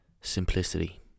simplicity